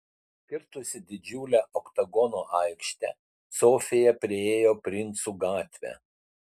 kirtusi didžiulę oktagono aikštę sofija priėjo princų gatvę